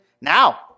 now